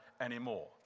anymore